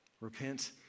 Repent